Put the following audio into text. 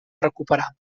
recuperar